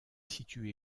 situé